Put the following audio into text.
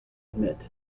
admit